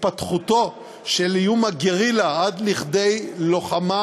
התפתחותו של איום הגרילה עד לכדי לוחמה